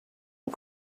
and